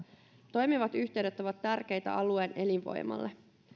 toimivat yhteydet ovat tärkeitä alueen elinvoimalle